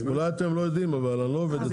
אולי אתם לא יודעים, אבל אני לא עובד אצלך.